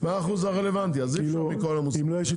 מה האחוז הרלוונטי, אז אי אפשר מכל המוסכים.